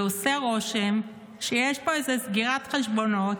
זה עושה רושם שיש פה איזה סגירת חשבונות